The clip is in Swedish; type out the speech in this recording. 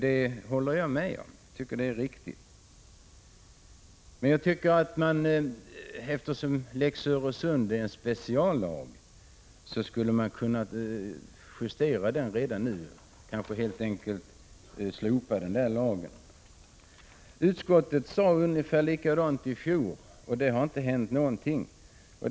Jag tycker att det är riktigt, men eftersom Lex Öresund är en speciallag skulle man kunna justera den redan nu, kanske helt enkelt slopa den. Utskottet sade ungefär likadant i fjol som i år, och ingenting har hänt.